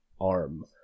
arm